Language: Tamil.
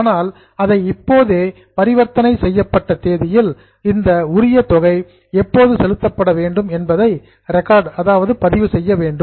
ஆனால் அதை இப்போதே பரிவர்த்தனை செய்யப்பட்ட தேதியில் இந்த தொகை உரிய தேதியில் எப்போது செலுத்தப்பட வேண்டும் என்பதை ரெக்கார்ட் பதிவு செய்ய வேண்டும்